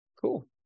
Cool